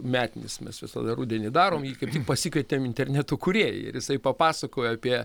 metinis mes visada rudenį darom jį kaip pasikvietėm interneto kūrėją ir jisai papasakojo apie